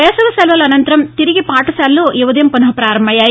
వేసవి శెలవుల అనంతరం తిరిగి పాఠశాలలు ఈ ఉదయం పునప్రారంభమయ్యాయి